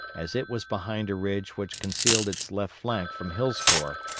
as it was behind a ridge which concealed its left flank from hill's corps,